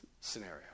scenario